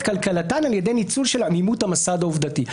קלקלתן על ידי ניצול של עמימות המסד העובדתי".